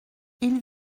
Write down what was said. ils